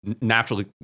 naturally